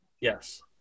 yes